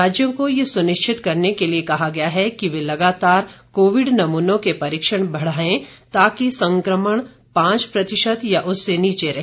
राज्यों को यह सुनिश्चित करने के लिए कहा गया है कि वे लगातार कोविड नमूनों के परीक्षण बढ़ाएं ताकि संक्रमण पांच प्रतिशत या उससे नीचे रहे